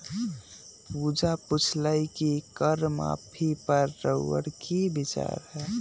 पूजा पुछलई कि कर माफी पर रउअर कि विचार हए